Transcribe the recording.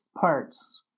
parts